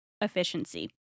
efficiency